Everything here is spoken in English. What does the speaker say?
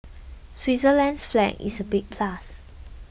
Switzerland's flag is a big plus